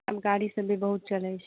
आब गाड़ी सब भी बहुत चलैत छै